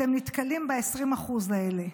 אתם נתקלים ב-20% האלה.